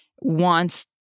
wants